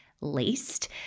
least